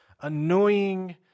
annoying